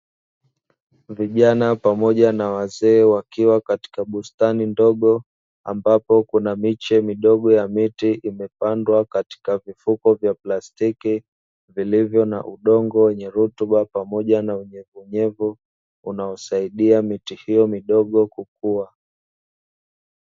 Vijana pamoja na wazee wakiwa pamoja katika bustani ndogo, ambapo kuna miche midogo ya miti imepandwa katika vifuko vya plastiki vilivyo na udongo wenye rutuba pamoja na unyevuunyevu unaosaidia miti hiyo midogo kukua.